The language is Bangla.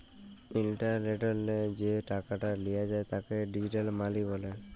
ইলটারলেটলে যে টাকাট লিয়া যায় তাকে ডিজিটাল মালি ব্যলে